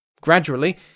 Gradually